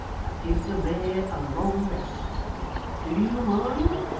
but give the mare a long rest do you mind